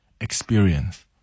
experience